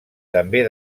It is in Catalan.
també